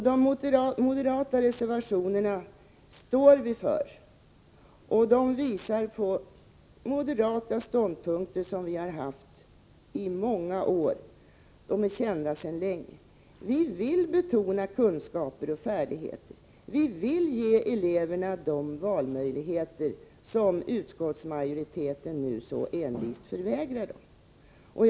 De moderata reservationerna står vi verkligen för. De visar på moderata ståndpunkter som vi har haft i många år, och dessa är kända sedan länge. Vi vill betona kunskaper och färdigheter, och vi vill ge eleverna de valmöjligheter som utskottsmajoriteten nu så envist förvägrar dem.